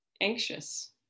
anxious